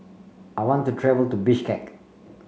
I want to travel to Bishkek